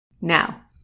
Now